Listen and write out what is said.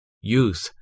youth